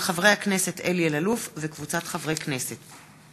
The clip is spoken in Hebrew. מאת חבר הכנסת אלי אלאלוף וקבוצת חברי הכנסת.